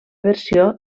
versió